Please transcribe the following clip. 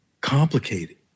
complicated